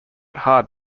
hard